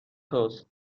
توست